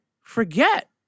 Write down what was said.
forget